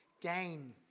gain